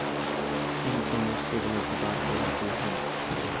ई commerce कितने प्रकार के होते हैं?